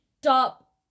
Stop